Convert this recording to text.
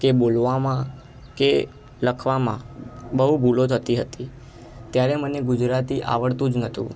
બોલવામાં કે લખવામાં બહુ ભૂલો થતી હતી ત્યારે મને ગુજરાતી આવડતું જ નહોતું